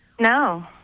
No